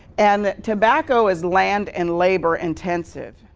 and tobacco is land and labor intensive.